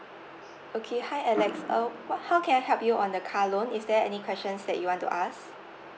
okay hi alex uh what how can I help you on the car loan is there any questions that you want to ask